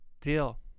deal